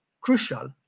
crucial